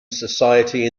society